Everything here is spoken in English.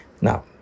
Now